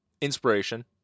inspiration